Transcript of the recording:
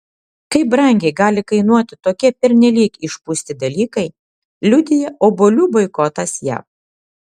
kaip brangiai gali kainuoti tokie pernelyg išpūsti dalykai liudija obuolių boikotas jav